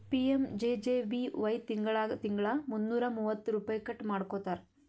PMJJBY ತಿಂಗಳಾ ತಿಂಗಳಾ ಮುನ್ನೂರಾ ಮೂವತ್ತ ರುಪೈ ಕಟ್ ಮಾಡ್ಕೋತಾರ್